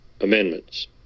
amendments